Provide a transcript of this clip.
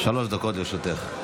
שלוש דקות לרשותך.